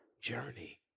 journey